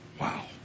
wow